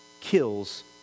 kills